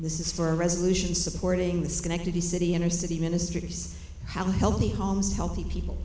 this is for a resolution supporting schenectady city inner city ministries how healthy homes healthy people